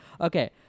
Okay